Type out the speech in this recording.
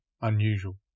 unusual